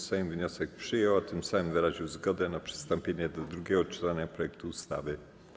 Sejm wniosek przyjął, a tym samym wyraził zgodę na przystąpienie do drugiego czytania projektu ustawy.